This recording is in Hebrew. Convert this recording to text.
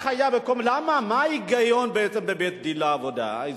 למה, מה ההיגיון בעצם בבית-דין אזורי לעבודה?